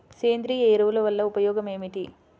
సేంద్రీయ ఎరువుల వల్ల ఉపయోగమేమిటీ?